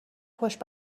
پشت